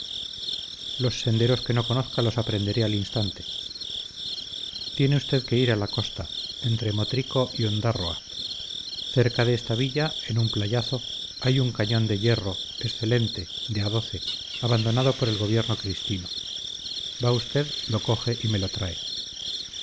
los senderos que no conozca los aprenderé al instante tiene usted que ir a la costa entre motrico y ondárroa cerca de esta villa en un playazo hay un cañón de hierro excelente de a doce abandonado por el gobierno cristino va usted lo coge y me lo trae